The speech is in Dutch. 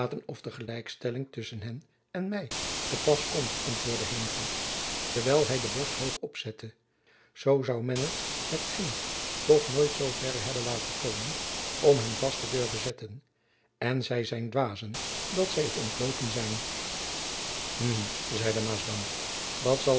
of de gelijkstelling tusschen hen en my te pas komt antwoordde heenvliet terwijl hy de borst hoog opzette zoo zoû men het met hen toch nooit zoo verre hebben laten komen om hen vast te durven zetten en zy zijn dwazen dat zy t ontloopen zijn hm zeide maasdam dat zal